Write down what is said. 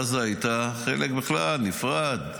עזה הייתה חלק נפרד בכלל,